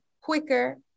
quicker